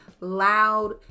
loud